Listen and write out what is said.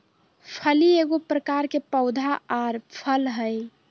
फली एगो प्रकार के पौधा आर फल हइ